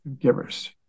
Givers